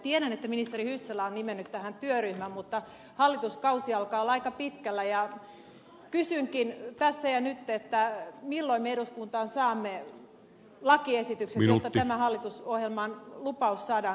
tiedän että ministeri hyssälä on nimennyt tähän työryhmän mutta hallituskausi alkaa olla aika pitkällä ja kysynkin tässä ja nyt milloin me eduskuntaan saamme lakiesityksen jotta tämä hallitusohjelman lupaus saadaan kirjattua